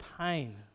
pain